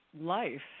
life